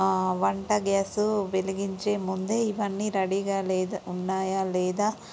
వంట గ్యాసు వెలిగించే ముందే ఇవన్నీ రెడీగా లేదు ఉన్నాయా లేదా